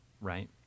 right